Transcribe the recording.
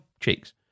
cheeks